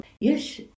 yes